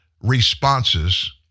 responses